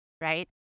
right